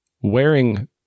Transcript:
wearing